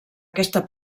aquesta